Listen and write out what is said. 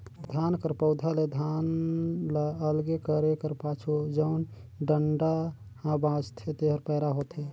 धान कर पउधा ले धान ल अलगे करे कर पाछू जउन डंठा हा बांचथे तेहर पैरा होथे